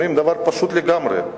אומרים דבר פשוט לגמרי: